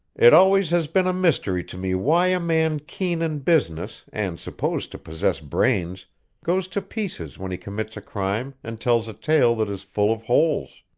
it always has been a mystery to me why a man keen in business and supposed to possess brains goes to pieces when he commits a crime and tells a tale that is full of holes.